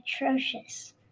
atrocious